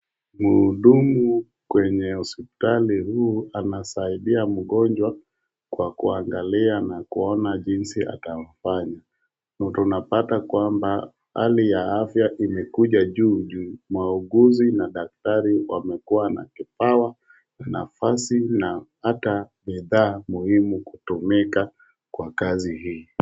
Mhudumu kwenye hospitali huu anasaidia mgonjwa kwa kuangalia na kuona jinsi atamfanya. Tunapata kwamba hali ya afya imekuja juu muuguzi na daktari wamekuwa na kipawa nafasi na hata bidhaa muhimu kutumika kwa kazi hii.